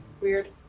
Weird